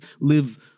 live